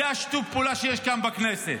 זה שיתוף הפעולה שיש כאן בכנסת.